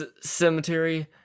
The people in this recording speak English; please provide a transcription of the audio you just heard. Cemetery